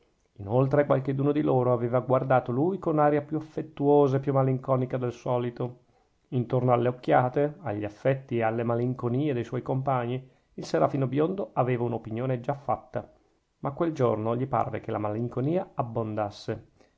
inoltre qualcheduno di loro aveva guardato lui con aria più affettuosa e più malinconica del solito intorno alle occhiate agli affetti e alle malinconie de suoi compagni il serafino biondo aveva un'opinione già fatta ma quel giorno gli parve che la malinconia